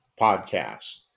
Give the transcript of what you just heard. podcast